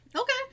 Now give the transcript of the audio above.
Okay